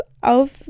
auf